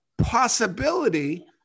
possibility